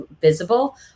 visible